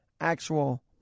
actual